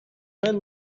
men